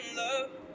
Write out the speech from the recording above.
love